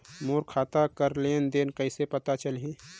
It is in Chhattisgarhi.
मोर खाता कर लेन देन कइसे पता चलही?